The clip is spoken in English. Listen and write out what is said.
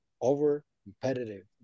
over-competitive